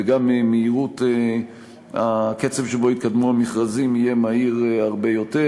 וגם הקצב שבו יתקדמו המכרזים יהיה מהיר הרבה יותר.